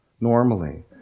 normally